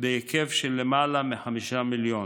בהיקף של למעלה מ-5 מיליון.